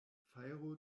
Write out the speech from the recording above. fajro